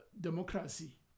democracy